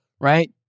Right